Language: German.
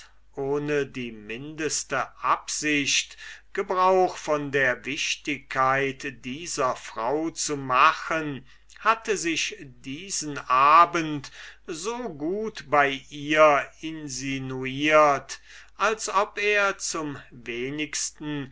ohne die mindeste absicht gebrauch von der wichtigkeit dieser frau zu machen hatte sich diesen abend so gut bei ihr insinuiert als ob er zum wenigsten